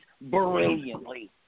brilliantly